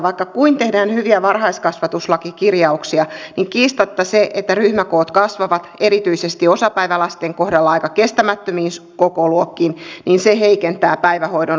vaikka kuinka tehdään hyviä varhaiskasvatuslakikirjauksia niin kiistatta se että ryhmäkoot kasvavat erityisesti osapäivälasten kohdalla aika kestämättömiin kokoluokkiin heikentää päivähoidon laatua